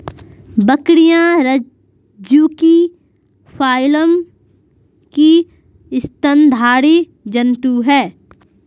बकरियाँ रज्जुकी फाइलम की स्तनधारी जन्तु है